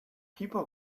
people